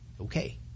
okay